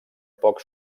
poc